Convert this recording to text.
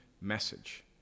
message